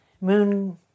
Moon